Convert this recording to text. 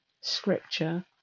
scripture